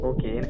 Okay